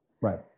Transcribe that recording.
right